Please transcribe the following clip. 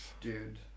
Dude